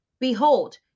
behold